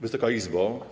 Wysoka Izbo!